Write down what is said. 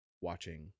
watching